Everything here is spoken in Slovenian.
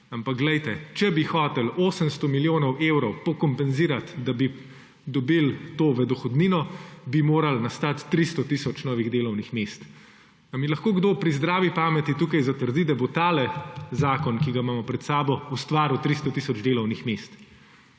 Ampak poglejte, če bi hoteli 800 milijonov evrov pokompenzirati, da bi dobili to v dohodnino, bi moralo nastati 300 tisoč novih delovnih mest. Ali mi lahko kdo pri zdravi pameti tukaj zatrdi, da bo ta zakon, ki ga imamo pred seboj, ustvaril 300 tisoč delovnih mest?